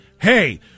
Hey